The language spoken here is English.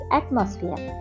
atmosphere